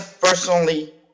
personally